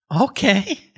Okay